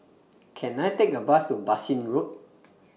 Can I Take A Bus to Bassein Road